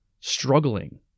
struggling